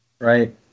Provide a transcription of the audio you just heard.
Right